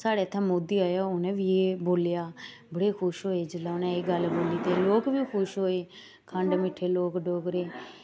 साढ़े इ'त्थें मोदी आया उ'नें बी एह् बोलेआ बड़े खुश होए जेल्लै उ'नें एह् गल्ल बोली ते लोक बी खुश होए खंड मिट्ठे लोक डोगरे